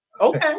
Okay